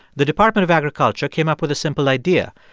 the department of agriculture came up with a simple idea.